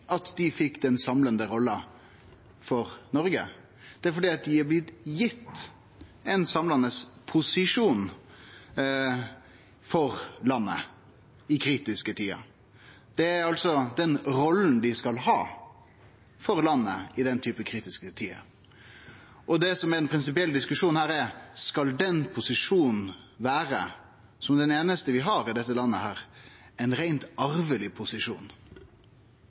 dei fekk den samlande rolla for Noreg, det er fordi dei har blitt gitt ein samlande posisjon for landet i kritiske tider. Det er altså den rolla dei skal ha i landet i den typen kritiske tider. Det som er ein prinsipiell diskusjon her, er: Skal den posisjonen – som den einaste vi har i dette landet – vere ein reint arveleg posisjon?